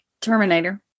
Terminator